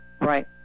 Right